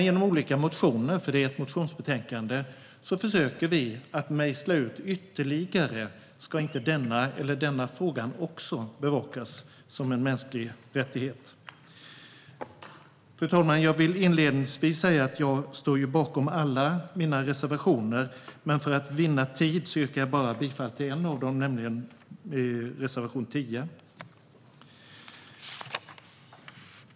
Genom olika motioner - det här är ett motionsbetänkande - försöker vi att mejsla ut ytterligare om inte denna eller denna fråga också ska bevakas som en mänsklig rättighet. Fru talman! Jag vill inledningsvis säga att jag står bakom alla mina reservationer, men för att vinna tid yrkar jag bifall bara till en av dem, nämligen reservation 10.